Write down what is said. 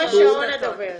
הוא השעון הדובר.